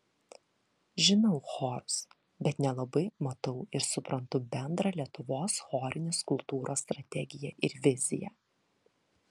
žinau chorus bet nelabai matau ir suprantu bendrą lietuvos chorinės kultūros strategiją ir viziją